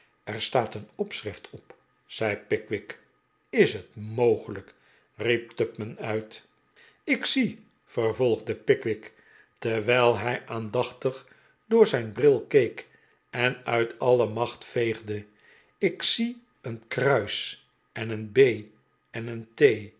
er staat een opschrift op zei pickwick is het mogelijk riep tupman uit ik zie vervolgde pickwick terwijl hij aandachtig door zijn bril keek en uit alle macht veegde ik zie een kruis en een b en een